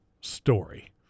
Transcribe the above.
story